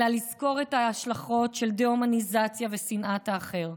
אלא לזכור את ההשלכות של דה-הומניזציה ושנאת האחר,